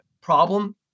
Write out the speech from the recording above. Problem